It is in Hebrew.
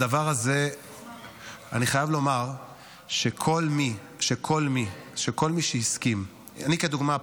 אני חייב לומר שאת כל מי שהסכים, אני, לדוגמה,